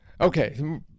Okay